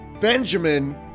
Benjamin